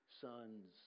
sons